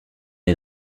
est